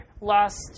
lost